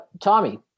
Tommy